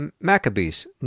Maccabees